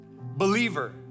believer